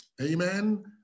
Amen